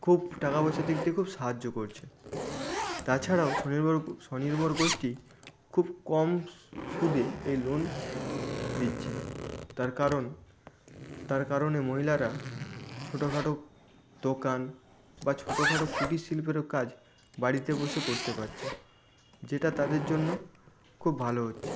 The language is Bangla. খুব টাকা পয়সার দিক থেকে খুব সাহায্য করছে তাছাড়াও স্বনির্ভর স্বনির্ভর গোষ্ঠী খুব কম সুদে এই লোন দিচ্ছে তার কারণ তার কারণে মহিলারা ছোটো খাটো দোকান বা ছোটো খাটো কুটির শিল্পেরও কাজ বাড়িতে বসে করতে পারছে যেটা তাদের জন্য খুব ভালো হচ্ছে